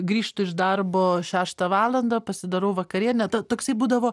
grįžtu iš darbo šeštą valandą pasidarau vakarienę ta toksai būdavo